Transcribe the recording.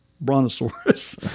Brontosaurus